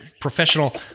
professional